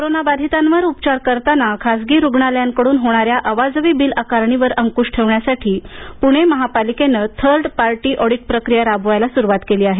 कोरोनाबाधितांवर उपचार करताना खासगी रुग्णालयांकडून होणाऱ्या अवाजवी बील आकारणीवर अंक्श ठेवण्यासाठी पुणे महापालिकेनं थर्ड पार्टी ऑडिट प्रक्रिया राबवायला सुरुवात केली आहे